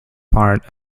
part